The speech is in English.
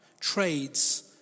trades